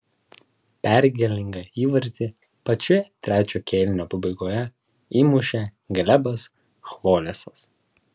pergalingą įvartį pačioje trečio kėlinio pabaigoje įmušė glebas chvolesas